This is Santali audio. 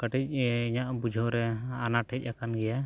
ᱠᱟᱹᱴᱤᱡ ᱤᱧᱟᱹᱜ ᱵᱩᱡᱷᱟᱹᱣᱨᱮ ᱟᱱᱟᱴ ᱦᱮᱡ ᱟᱠᱟᱱ ᱜᱮᱭᱟ